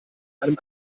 einem